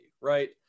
right